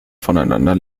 voneinander